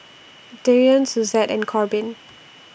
Darion Suzette and Corbin